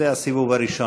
זה הסיבוב הראשון.